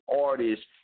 artists